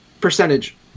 percentage